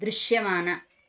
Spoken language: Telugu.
దృశ్యమాన